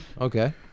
Okay